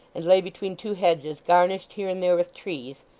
and lay between two hedges garnished here and there with trees,